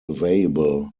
available